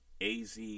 AZ